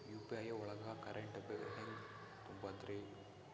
UPI ಒಳಗ current bill ಹೆಂಗ್ ತುಂಬದ್ರಿ?